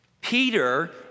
Peter